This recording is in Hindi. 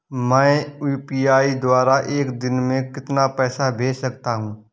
मैं यू.पी.आई द्वारा एक दिन में कितना पैसा भेज सकता हूँ?